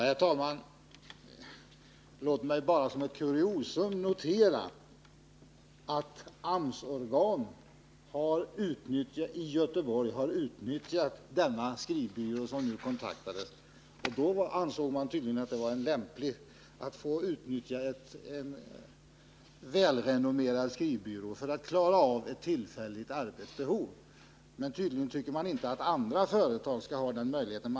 Herr talman! Låt mig bara som ett kuriosum notera att AMS-organ i Göteborg har utnyttjat denna skrivbyrå. Man ansåg det tydligen lämpligt att för egen del utnyttja en välrenommerad skrivbyrå för att klara ett tillfälligt arbetsbehov, men man tycker inte att andra företag skall ha den möjligheten.